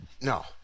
No